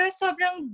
sobrang